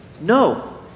no